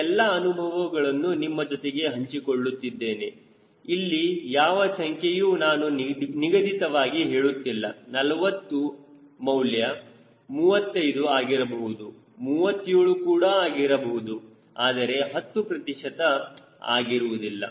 ಈ ಎಲ್ಲ ಅನುಭವಗಳನ್ನು ನಿಮ್ಮ ಜೊತೆಗೆ ಹಂಚಿಕೊಳ್ಳುತ್ತಿದ್ದೇನೆ ಇಲ್ಲಿ ಯಾವ ಸಂಖ್ಯೆಯು ನಾನು ನಿಗದಿತವಾಗಿ ಹೇಳುತ್ತಿಲ್ಲ 40 ಮೌಲ್ಯ 35 ಆಗಿರಬಹುದು 37 ಕೂಡ ಆಗಿರಬಹುದು ಆದರೆ 10 ಪ್ರತಿಶತ ಆಗಿರುವುದಿಲ್ಲ